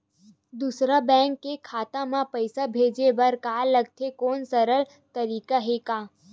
दूसरा बैंक के खाता मा पईसा भेजे बर का लगथे कोनो सरल तरीका हे का?